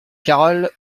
caral